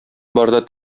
барда